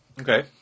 Okay